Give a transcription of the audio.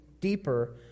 deeper